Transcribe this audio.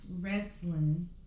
Wrestling